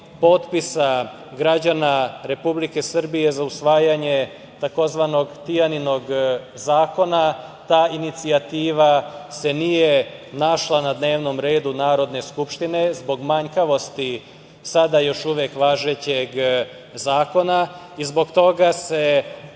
potpisa građana Republike Srbije za usvajanje takozvanog "Tijaninog zakona", ta inicijativa se nije našla na dnevnom redu Narodne skupštine zbog manjkavosti sada još uvek važećeg zakona. Zbog toga se